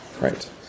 right